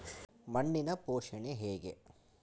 ಮಣ್ಣಿನ ಪೋಷಣೆ ಹೇಗೆ?